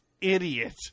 idiot